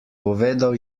povedal